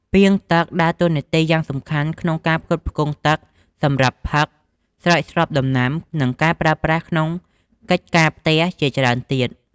ពាងទឹក ដើរតួនាទីយ៉ាងសំខាន់ក្នុងការផ្គត់ផ្គង់ទឹកសម្រាប់ផឹក ស្រោចស្រពដំណាំ និងប្រើប្រាស់ក្នុងកិច្ចការផ្ទះជាច្រើនទៀត។